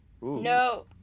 No